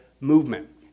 movement